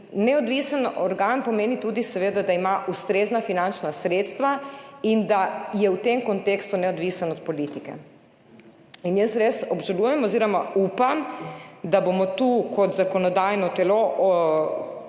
neodvisen organ seveda tudi pomeni, da ima ustrezna finančna sredstva in da je v tem kontekstu neodvisen od politike. Jaz res obžalujem oziroma upam, da bomo tu kot zakonodajno telo kljub